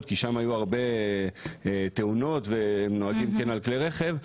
כי שם היו הרבה תאונות ונוהגים על כלי רכב.